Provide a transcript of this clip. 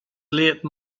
late